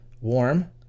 warm